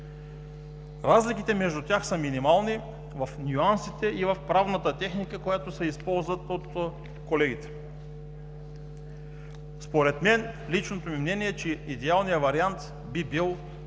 Разликите между тях са минимални – в нюансите и в правната техника, която се използва от колегите. Личното ми мнение е, че идеалният вариант би бил да се